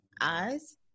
eyes